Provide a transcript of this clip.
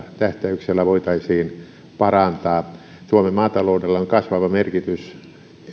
tähtäyksellä voitaisiin parantaa suomen maataloudella on kasvava merkitys